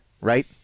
right